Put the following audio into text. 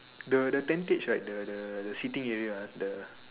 the the tentage right the the sitting area the